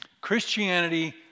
Christianity